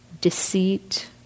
Deceit